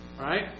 Right